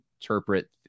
interpret